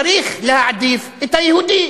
צריך להעדיף את היהודי